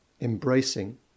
embracing